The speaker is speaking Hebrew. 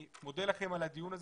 אני מודה לכם על הדיון הזה,